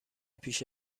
پیش